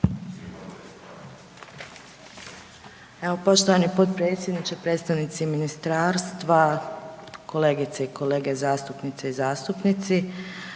Evo, poštovani potpredsjedniče, predstavnici ministarstva, kolegice i kolege zastupnice i zastupnici.